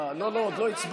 לא, לא, עוד לא הצבענו.